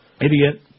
Idiot